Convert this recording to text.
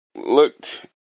looked